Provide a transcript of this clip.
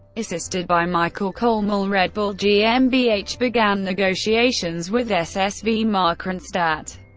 assisted by michael kolmel, red bull gmbh began negotiations with ssv markranstadt.